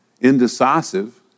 indecisive